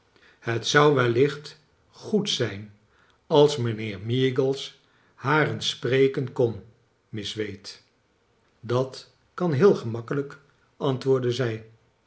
het zou wellicht goed zijn als mijnheer meagles haar eens spreken kon miss wade dat kan heel gemakkelijk antwoordde zij